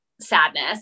sadness